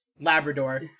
labrador